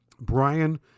Brian